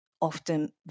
often